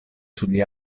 sugli